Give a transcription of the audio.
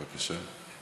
בבקשה.